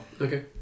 Okay